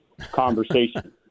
conversation